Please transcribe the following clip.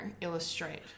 illustrate